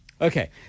Okay